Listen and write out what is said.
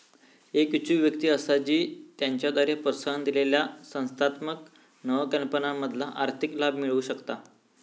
एक इच्छुक व्यक्ती असा जी त्याच्याद्वारे प्रोत्साहन दिलेल्या संस्थात्मक नवकल्पनांमधना आर्थिक लाभ मिळवु शकता